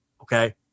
Okay